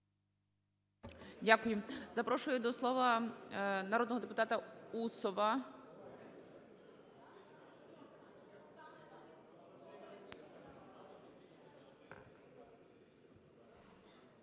Дякую. Запрошую до слова народного депутата Острікову.